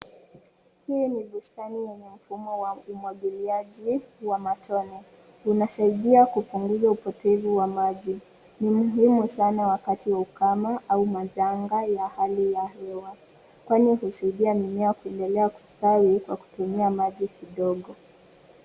Hii ni bustani yenye mfumo wa umwagiliaji wa matone. Linasaidia kupunguza upotevu wa maji. Ni muhimu sana wakati wa ukame au majanga ya hali ya hewa, kwani husaidia mimea kuendelea kustawi kwa kutumia maji kidogo.